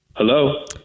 Hello